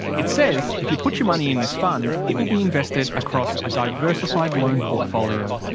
it says if you put your money in this fund it will be invested across a diversified loan portfolio.